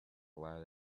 planet